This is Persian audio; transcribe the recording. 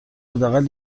حداقل